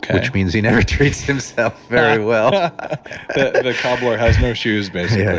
which means he never treats himself very well the cobbler has no shoes basically yes,